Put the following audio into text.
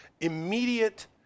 immediate